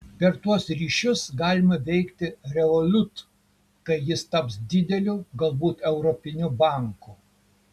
per tuos ryšius galima veikti revolut kai jis taps dideliu galbūt europiniu banku